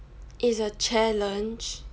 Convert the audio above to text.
it's a challenge